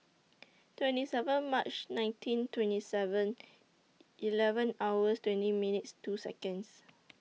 twenty seven March nineteen twenty Seven Eleven hours twenty minutes two Seconds